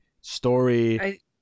story